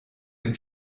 den